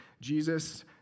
Jesus